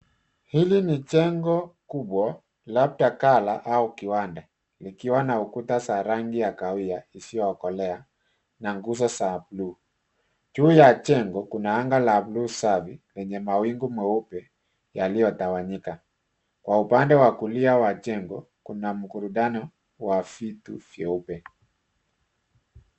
Hili nii jengo kubwa, labda kala au kiwanda, likiwa na ukuta za rangi ya kahawia isiyokolea na nguzo za blue . Juu ya jengo kuna anga la blue safi lenye mawingu meupe yaliyotawanyika. Kwa upande wa kulia wa jengo kuna mkurutano wa vitu vieupe.